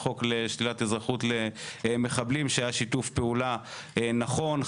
החוק לשלילת אזרחות למחבלים שנעשה בשיתוף פעולה נכון,